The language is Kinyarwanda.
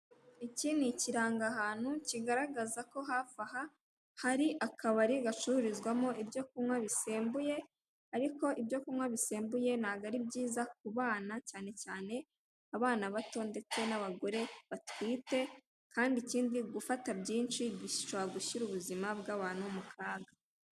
Iki ni ikirangahantu, kigaragaza ko hafi aha hari akabari gacururizwamo ibyo kunywa bisembuye, ariko ibyo kunywa bisembuye ntago ari byiza ku bana, cyane cyane abana bato ndetse nabagore batwite, kandi ikindi, gufata byinshi bishobora gushyira ubuzima bw'abantu mu kaga.